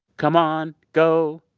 come on. go.